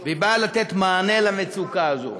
והיא באה לתת מענה למצוקה הזאת.